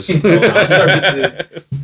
services